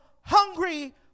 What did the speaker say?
hungry